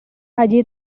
allí